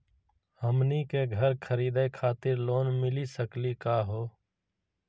हमनी के घर खरीदै खातिर लोन मिली सकली का हो?